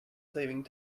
saving